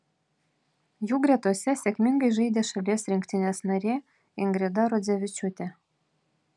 jų gretose sėkmingai žaidė šalies rinktinės narė ingrida rodzevičiūtė